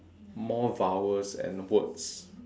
more vowels and words